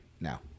now